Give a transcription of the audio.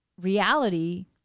reality